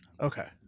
Okay